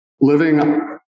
Living